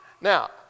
Now